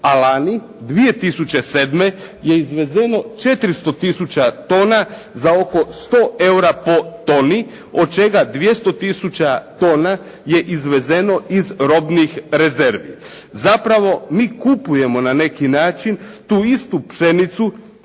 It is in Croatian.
lani, 2007. je izvezeno 400 tisuća tona za oko 100 eura po toni, od čega 200 tisuća tona je izvezeno iz robnih rezervi. Zapravo, mi kupujemo na neki način tu istu pšenicu